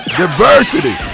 diversity